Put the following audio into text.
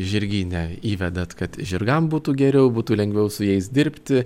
žirgyne įvedat kad žirgam būtų geriau būtų lengviau su jais dirbti